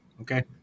Okay